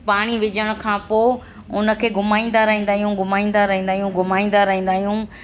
पाणी विझण खां पोइ हुन खे घुमाईंदा रहंदा आहियूं घुमाईंदा रहंदा आहियूं घुमाईंदा रहंदा आहियूं